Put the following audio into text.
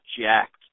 jacked